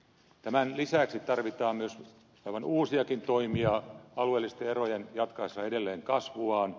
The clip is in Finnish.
tämän lisäksi tarvitaan myös aivan uusiakin toimia alueellisten erojen jatkaessa edelleen kasvuaan